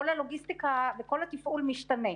כל הלוגיסטיקה וכל התפעול משתנים.